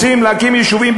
רוצים להקים יישובים?